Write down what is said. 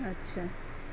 اچھا